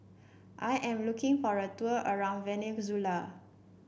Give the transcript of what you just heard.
I am looking for a tour around Venezuela